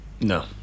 No